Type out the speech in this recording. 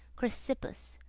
chrysippus,